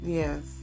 yes